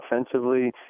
offensively